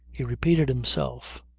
he repeated himself.